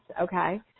okay